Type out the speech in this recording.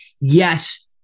yes